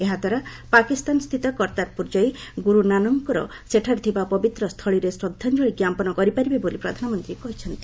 ଏହାଦ୍ୱାରା ପାକିସ୍ତାନସ୍ଥିତ କର୍ତ୍ତାରପୁର ଯାଇ ଗୁରୁ ନାନକଙ୍କର ସେଠାରେ ଥିବା ପବିତ୍ର ସ୍ଥଳୀରେ ଶ୍ରଦ୍ଧାଞ୍ଜଳି ଜ୍ଞାପନ କରିପାରିବେ ବୋଲି ପ୍ରଧାନମନ୍ତ୍ରୀ କହିଛନ୍ତି